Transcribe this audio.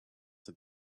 have